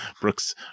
Brooks